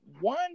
one